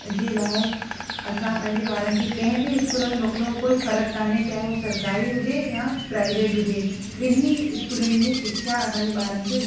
जे लाइ असां पंहिंजे ॿारनि खे कंहिं बि स्कूल में मोकलूं कोई फ़र्कु काने चाहे उहो सरकारी हुजे या प्राइवेट हुजे ॿिन्हिनि स्कूलनि में शिक्षा असांजे ॿारनि खे